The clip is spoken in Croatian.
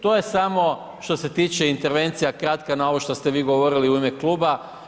To je samo što se tiče intervencija kratka, na ovo što ste vi govorili u ime kluba.